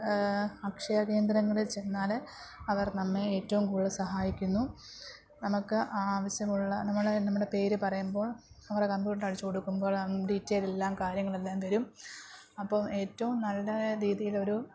അക്ഷയ കേന്ദ്രങ്ങളിൽ ചെന്നാല് അവർ നമ്മെ ഏറ്റവും കൂടുതൽ സഹായിക്കുന്നു നമുക്ക് ആവശ്യമുള്ള നമ്മള് നമ്മുടെ പേര് പറയുമ്പോൾ അവരുടെ കമ്പ്യൂട്ടറിൽ അടിച്ചുകൊടുക്കുമ്പോൾ ഡിറ്റെയ്ലെല്ലാം കാര്യങ്ങളെല്ലാം വരും അപ്പോള് ഏറ്റവും നല്ല രീതിയിലൊരു